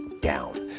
down